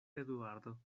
eduardo